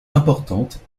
importante